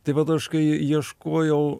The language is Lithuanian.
tai vat aš kai ieškojau